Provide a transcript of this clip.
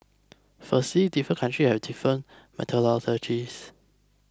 firstly different country have different methodologies